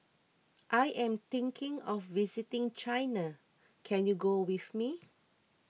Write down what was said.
I am thinking of visiting China can you go with me